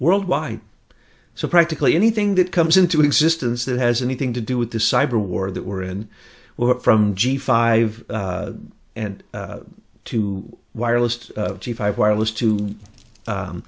worldwide so practically anything that comes into existence that has anything to do with the cyber war that we're in we're from g five and two wireless five wireless two